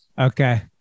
Okay